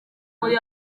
muri